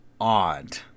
odd